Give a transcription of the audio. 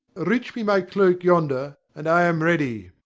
reach me my cloak yonder, and i am ready.